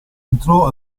entrò